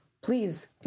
please